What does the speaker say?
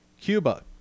cuba